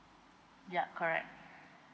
yup correct